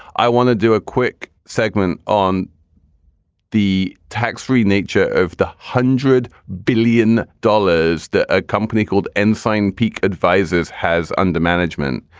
i want to do a quick segment on the tax free nature of the hundred billion dollars a company called insane peak advises has under management,